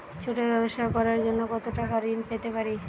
ছোট ব্যাবসা করার জন্য কতো টাকা ঋন পেতে পারি?